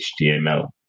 HTML